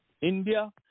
India